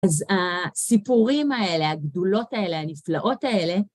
אז הסיפורים האלה, הגדולות האלה, הנפלאות האלה,